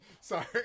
Sorry